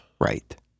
right